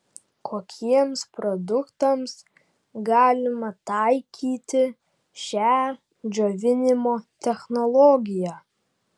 kokiems produktams galima taikyti šią džiovinimo technologiją